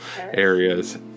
areas